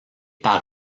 par